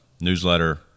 newsletter